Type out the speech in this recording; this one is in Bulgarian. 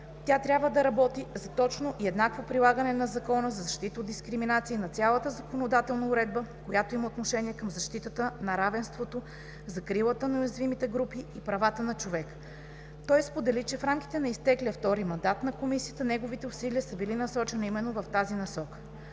тя трябва да работи за точно и еднакво прилагане на Закона за защита от дискриминация и на цялата законодателна уредба, която има отношение към защитата на равенството, закрилата на уязвимите групи и правата на човека. Той сподели, че в рамките на изтеклия втори мандат на Комисията неговите усилия са били насочени именно в тази насока.